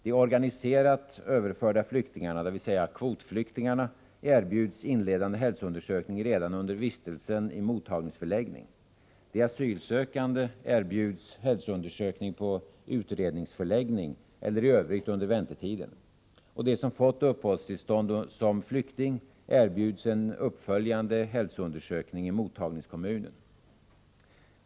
De organiserat överförda flyktingarna, dvs. kvotflyktingarna, erbjuds en inledande hälsoundersökning redan under vistelsen i mottagningsförläggning. De asylsökande erbjuds hälsoundersökning på utredningsförläggning eller i övrigt under väntetiden. De som fått uppehållstillstånd som flykting erbjuds en uppföljande hälsoundersökning i mottagningskommunen.